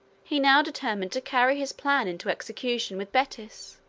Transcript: he now determined to carry his plan into execution with betis.